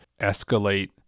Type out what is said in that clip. escalate